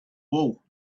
wool